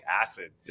acid